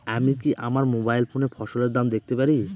আমি কি আমার মোবাইল ফোনে ফসলের দাম দেখতে পারি?